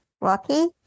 Lucky